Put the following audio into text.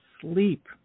sleep